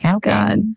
God